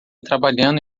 trabalhando